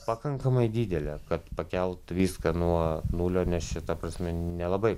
pakankamai didelė kad pakelt viską nuo nulio nes šita prasme nelabai